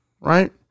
Right